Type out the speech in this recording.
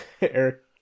Eric